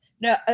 No